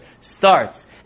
starts